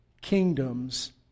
kingdoms